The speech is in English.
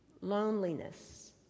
loneliness